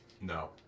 No